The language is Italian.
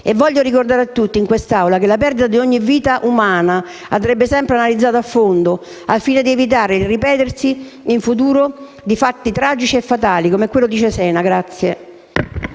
Voglio ricordare a tutti in quest'Assemblea che la perdita di ogni vita umana andrebbe sempre analizzata a fondo, al fine di evitare il ripetersi, in futuro, di fatti tragici e fatali come quello di Cesena.